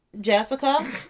Jessica